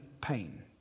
pain